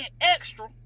extra